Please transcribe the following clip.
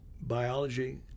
biology